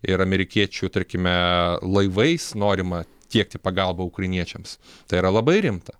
ir amerikiečių tarkime laivais norima tiekti pagalbą ukrainiečiams tai yra labai rimta